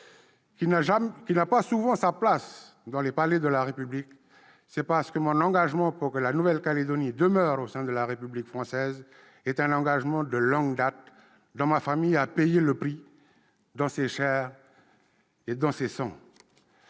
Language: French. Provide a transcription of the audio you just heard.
qui n'a pas souvent sa place dans les palais de la République, c'est parce que mon engagement pour que la Nouvelle-Calédonie demeure au sein de la République française est un engagement de longue date, dont ma famille a payé le prix dans sa chair et dans son sang.